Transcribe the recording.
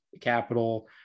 capital